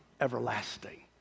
everlasting